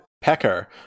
pecker